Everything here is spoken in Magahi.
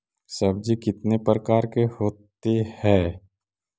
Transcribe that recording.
सब्जी कितने प्रकार के होते है?